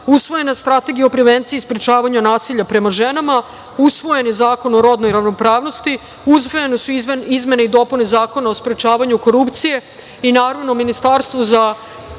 Usvojena je Strategija o prevenciji sprečavanja nasilja prema ženama. Usvojen je Zakon o rodnoj ravnopravnosti, usvojene su izmene i dopune Zakona o sprečavanju korupcije, i naravno, Ministarstvo za